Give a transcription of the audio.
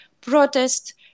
protest